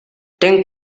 ten